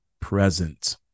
present